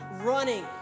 running